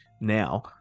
now